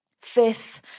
Fifth